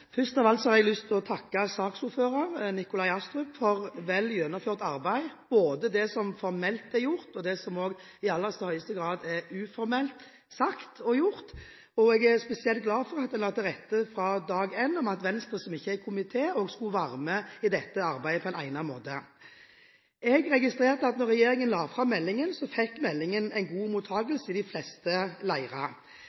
Først av alt har jeg lyst til å takke saksordføreren, Nikolai Astrup, for vel gjennomført arbeid – både det som formelt er gjort, og det som også i aller høyeste grad er uformelt sagt og gjort – og jeg er spesielt glad for at man la til rette fra dag én for at Venstre, som ikke er i komiteen, også skulle være med i dette arbeidet på en egnet måte. Jeg registrerte at da regjeringen la fram meldingen, fikk meldingen en god